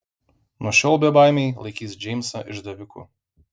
nuo šiol bebaimiai laikys džeimsą išdaviku